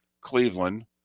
Cleveland